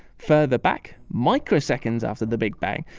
further back, microseconds after the big bang,